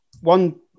one